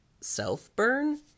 Self-burn